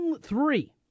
three